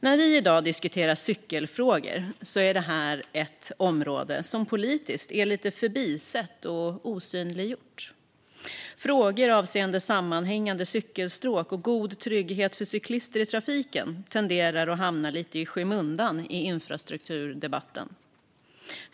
När vi i dag diskuterar cykelfrågor är det ett område som politiskt är lite förbisett och osynliggjort. Frågor avseende sammanhängande cykelstråk och god trygghet för cyklister i trafiken tenderar att hamna lite i skymundan i infrastrukturdebatten.